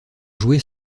jouer